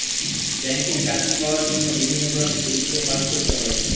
ব্যাংকে চাকরি পাওয়ার জন্য বিভিন্ন ধরনের পরীক্ষায় পাস করতে হয়